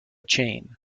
chain